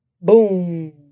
Boom